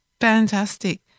Fantastic